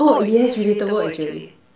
oh yes relatable actually